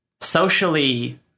socially